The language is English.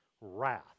wrath